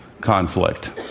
conflict